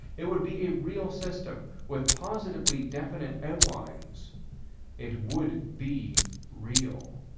it would be a real system, with positively definite outlines it would be real.